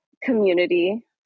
community